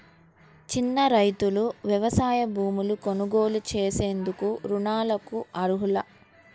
చిన్న రైతులు వ్యవసాయ భూములు కొనుగోలు చేసేందుకు రుణాలకు అర్హులా?